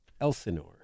Elsinore